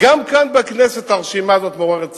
גם כאן, בכנסת, הרשימה הזאת מעוררת סקרנות.